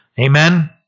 Amen